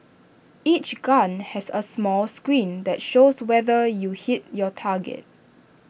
each gun has A small screen that shows whether you hit your target